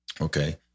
Okay